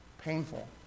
painful